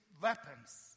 weapons